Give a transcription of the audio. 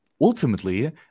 ultimately